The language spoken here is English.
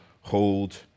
hold